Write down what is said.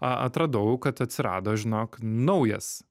a atradau kad atsirado žinok naujas